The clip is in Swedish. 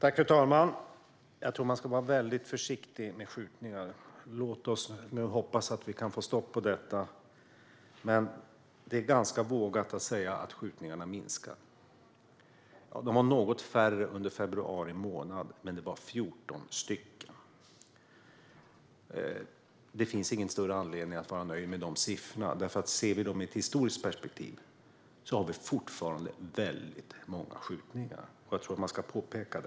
Fru talman! Jag tror att man ska vara väldigt försiktig när det gäller skjutningar. Låt oss nu hoppas att vi kan få stopp på dem. Det är dock ganska vågat att säga att skjutningarna minskar. De var något färre under februari månad, men de var 14 stycken. Det finns ingen större anledning att vara nöjd med de siffrorna. I ett historiskt perspektiv har vi fortfarande väldigt många skjutningar, vilket ska påpekas.